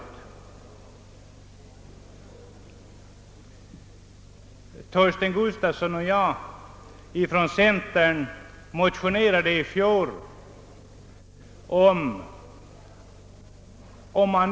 Min partikamrat herr Gustafsson i Stenkyrka och jag motionerade förra året i frågan.